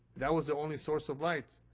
that was the only source of light.